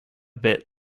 bit